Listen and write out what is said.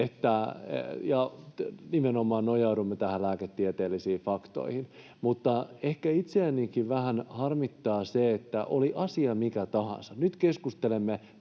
nimenomaan nojaudumme näihin lääketieteellisiin faktoihin. Mutta ehkä itseänikin vähän harmittaa se, että oli asia mikä tahansa — nyt keskustelemme